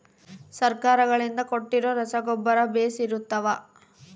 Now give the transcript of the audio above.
ಸರ್ಕಾರಗಳಿಂದ ಕೊಟ್ಟಿರೊ ರಸಗೊಬ್ಬರ ಬೇಷ್ ಇರುತ್ತವಾ?